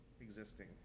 existing